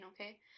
okay